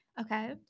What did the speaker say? Okay